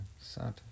Sad